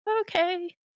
Okay